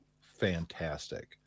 fantastic